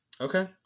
okay